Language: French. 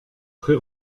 très